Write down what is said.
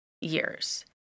years